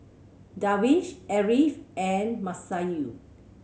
Darwish Ariff and Masayu